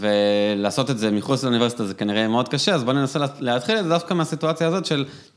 ‫ולעשות את זה מחוץ לאוניברסיטה ‫זה כנראה מאוד קשה, ‫אז בואו ננסה להתחיל את זה ‫דווקא מהסיטואציה הזאת של...